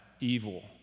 evil